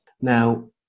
Now